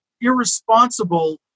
irresponsible